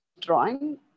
drawing